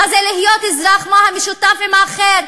מה זה להיות אזרח, מה המשותף עם האחר,